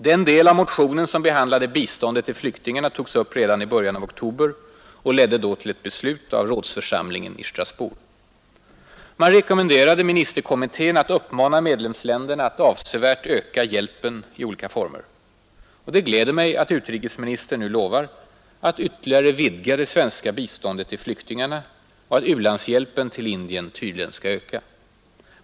Den del av motionen som behandlar biståndet till flyktingarna togs upp redan i början av oktober och ledde då till beslut av rådsförsamlingen i Strasbourg. Man rekommenderade ministerkommittén att uppmana medlemsländerna att ”avsevärt öka” hjälpen i olika former. Det gläder mig att utrikesministern nu lovar att ytterligare vidga det svenska biståndet till flyktingarna och att u-landshjälpen till Indien tydligen skall öka.